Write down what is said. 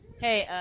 Hey